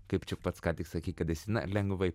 kaip čia pats ką tik sakei kad esi na lengvai